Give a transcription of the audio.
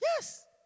Yes